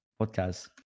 podcast